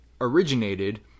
originated